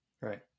Right